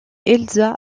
elsa